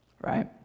right